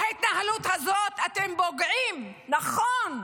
בהתנהלות הזאת אתם פוגעים, נכון,